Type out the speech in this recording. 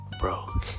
bro